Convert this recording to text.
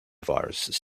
viruses